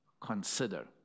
consider